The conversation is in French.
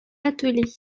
attelée